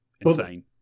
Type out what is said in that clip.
insane